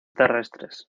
terrestres